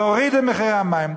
להוריד את מחירי המים,